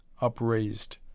upraised